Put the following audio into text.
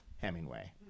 Hemingway